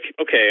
okay